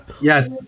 Yes